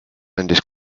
andis